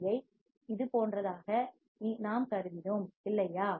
பியை இது போன்றதாக நாம் கருதினோம் இல்லையா